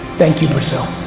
thank you brazil.